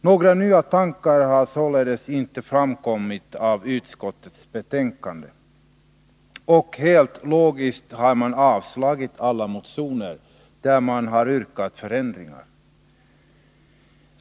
Några nya tankar har således inte framkommit i utskottets betänkande, och helt logiskt har utskottet avslagit alla motioner där förändringar yrkats.